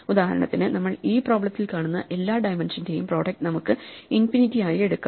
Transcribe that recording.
ഉദാഹരണത്തിന് നമ്മൾ ഈ പ്രോബ്ലെത്തിൽ കാണുന്ന എല്ലാ ഡൈമെൻഷന്റെയും പ്രോഡക്ട് നമുക്ക് ഇൻഫിനിറ്റി ആയി എടുക്കാം